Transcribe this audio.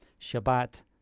Shabbat